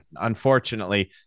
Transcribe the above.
unfortunately